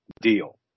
deal